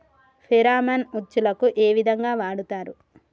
Pheromone ఉచ్చులకు ఏ విధంగా వాడుతరు?